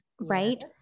right